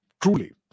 Truly